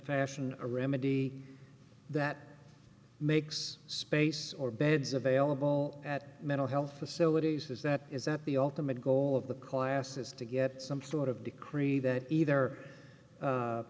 fashion a remedy that makes space or beds available at mental health facilities is that is that the ultimate goal of the class is to get some sort of decree that either